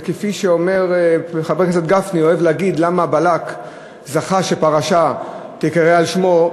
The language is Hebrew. וכפי שחבר הכנסת גפני אוהב להגיד: למה בלק זכה שפרשה תיקרא על שמו?